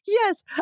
Yes